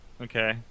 Okay